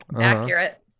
Accurate